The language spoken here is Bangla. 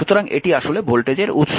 সুতরাং এটি আসলে ভোল্টেজের উৎস